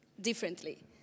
differently